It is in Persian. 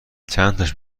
چنتاش